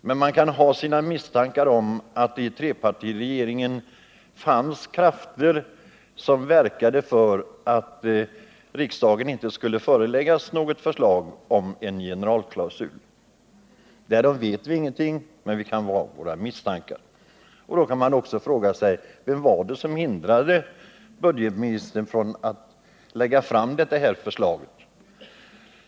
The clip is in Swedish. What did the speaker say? Men man kan ha sina misstankar om att det i trepartiregeringen fanns krafter som verkade för att riksdagen inte skulle föreläggas något förslag om en generalklausul. Därom vet vi ingenting, men vi kan ha våra misstankar. Då kan man också fråga sig vem det var som hindrade budgetministern från att lägga fram detta förslag.